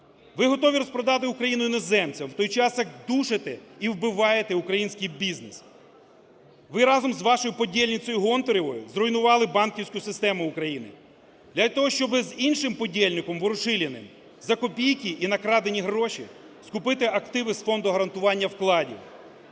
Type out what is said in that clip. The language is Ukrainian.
Ви готові розпродати Україну іноземцям, в той час як душите і вбиваєте український бізнес. Ви разом з вашою подєльницею Гонтаревою зруйнували банківську систему України. Для того, щоб з іншим подєльником Ворушиліним за копійки і на крадені гроші скупити активи з Фонду гарантування вкладів.